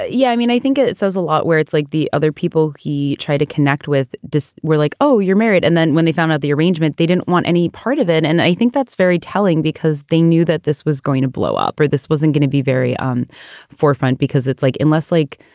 ah yeah i mean, i think it says a lot where it's like the other people he tried to connect with. we're like, oh, you're married. and then when they found out the arrangement, they didn't want any part of it. and i think that's very telling because they knew that this was going to blow up or this wasn't going to be very um forefront because it's like unless like,